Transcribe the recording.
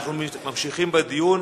אנחנו ממשיכים בדיון.